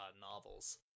novels